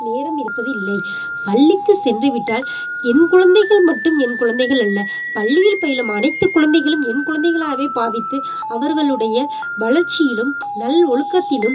நேரம் இருப்பதில்லை பள்ளிக்கு சென்று விட்டால் என் குழந்தைகள் மட்டும் என் குழந்தைகள் அல்ல பள்ளியில் பயிலும் அனைத்து குழந்தைகளும் என் குழந்தைகளாகவே பாவித்து அவர்களுடைய வளர்ச்சியிலும் நல் ஒழுக்கத்திலும்